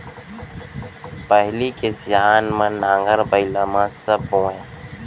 पहिली के सियान मन नांगर बइला म सब बोवयँ